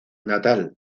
natal